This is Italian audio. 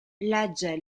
legge